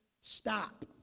Stop